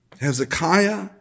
Hezekiah